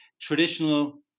Traditional